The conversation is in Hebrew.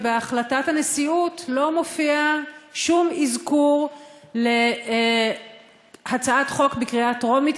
ובהחלטת הנשיאות לא מופיע שום אזכור להצעת חוק לקריאה טרומית,